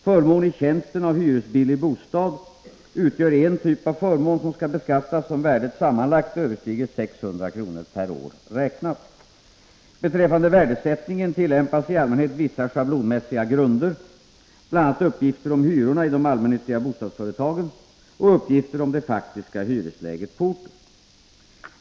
Förmån i tjänsten av hyresbillig bostad utgör en typ av förmån som skall beskattas om värdet sammanlagt överstiger 600 kr. för år räknat. Beträffande värdesättningen tillämpas i allmänhet vissa schablonmässiga grunder, bl.a. uppgifter om hyrorna i de allmännyttiga bostadsföretagen och uppgifter om det faktiska hyresläget på orten.